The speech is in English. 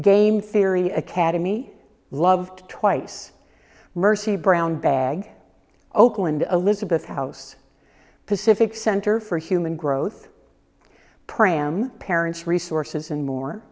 game theory academy love twice mercy brown bag oakland elizabeth house pacific center for human growth pram parents resources and more